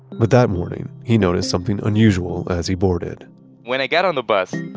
but that morning he noticed something unusual as he boarded when i got on the bus,